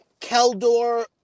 Keldor